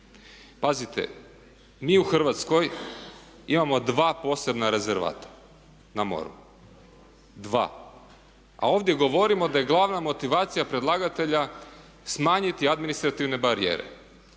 Pazite, mi u Hrvatskoj imamo dva posebna rezervata na moru, dva. A ovdje govorimo da je glavna motivacija predlagatelja smanjiti administrativne barijere,